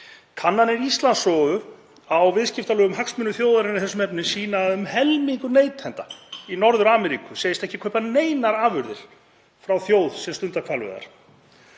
Kannanir Íslandsstofu á viðskiptalegum hagsmunum þjóðarinnar í þessum efnum sýna að um helmingur neytenda í Norður-Ameríku segist ekki kaupa neinar afurðir frá þjóð sem stundar hvalveiðar.